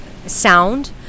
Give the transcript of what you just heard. sound